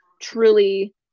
truly